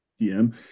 DM